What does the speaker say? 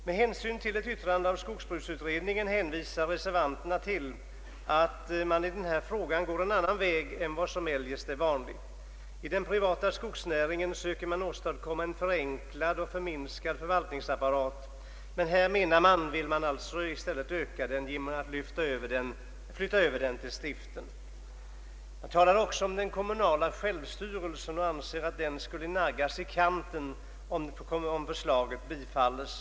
Med hänvisning till ett yttrande av skogsbruksutredningen anför reservanterna att propositionen i den här frågan går en annan väg än den som eljest är vanlig. Inom den privata skogsnäringen söker man åstadkomma en förenklad och förminskad förvaltningsapparat, men här vill Kungl. Maj:t, anser reservanterna, i stället öka denna apparat genom att flytta över den till stiften. Reservanterna talar också om den kommunala självstyrelsen och framhåller att den skulle naggas i kanten, om förslaget bifalles.